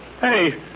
Hey